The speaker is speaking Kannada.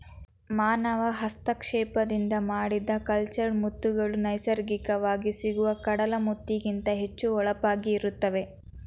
ಮಾನವ ಹಸ್ತಕ್ಷೇಪದಿಂದ ಮಾಡಿದ ಕಲ್ಚರ್ಡ್ ಮುತ್ತುಗಳು ನೈಸರ್ಗಿಕವಾಗಿ ಸಿಗುವ ಕಡಲ ಮುತ್ತಿಗಿಂತ ಹೆಚ್ಚು ಹೊಳಪಾಗಿ ಇರುತ್ತವೆ